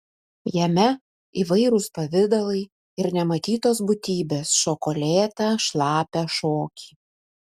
jame įvairūs pavidalai ir nematytos būtybės šoko lėtą šlapią šokį